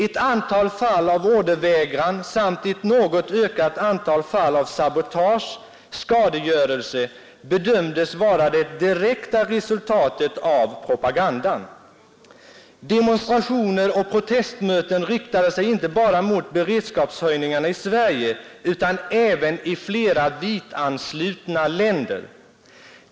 Ett antal fall av ordervägran samt ett något ökat antal fall av sabotage/skadegörelse bedömdes vara det direkta resultatet av propagandan. Demonstrationer och protestmöten riktade sig inte bara mot beredskapshöjningarna i Sverige utan även i flera VIT-anslutna länder.